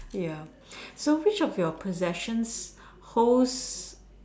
ya so which of your possessions holds